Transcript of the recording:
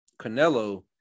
Canelo